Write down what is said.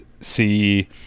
see